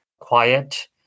quiet